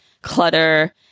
clutter